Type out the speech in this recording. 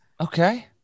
Okay